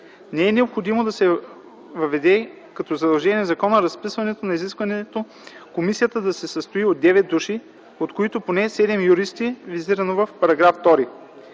Не е необходимо да се въведе като задължение в закона разписването на изискването комисията да се състои от 9 души, от които поне 7 юристи, визирано в § 2.